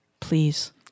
Please